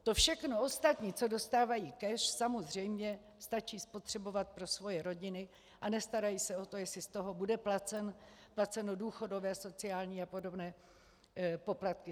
To všechno ostatní, co dostávají cash, samozřejmě stačí spotřebovat pro svoje rodiny a nestarají se o to, jestli z toho budou placeny důchodové, sociální a podobné poplatky.